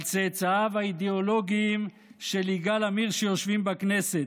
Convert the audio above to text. על צאצאיו האידיאולוגיים של יגאל עמיר שיושבים בכנסת,